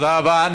תודה רבה.